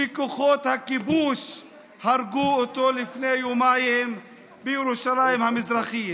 שכוחות הכיבוש הרגו אותו לפני יומיים בירושלים המזרחית.